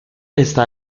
está